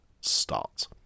start